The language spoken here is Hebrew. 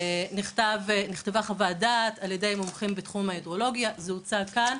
נכתבה חוות דעת על ידי מומחים בתחום ההידרולוגיה וזה הוצג כאן.